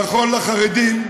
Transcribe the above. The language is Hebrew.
נכון לחרדים,